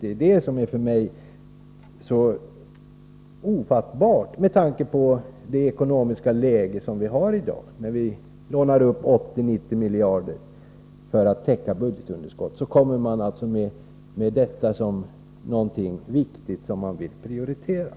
Det är det som för mig är så ofattbart, med tanke på dagens ekonomiska läge. Vi lånar upp 80-90 miljarder för att täcka budgetunderskottet, och så kommer man med detta lån, som man anser är viktigt och vill prioritera.